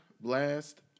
Blast